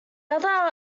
other